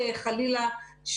חלילה,